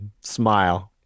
smile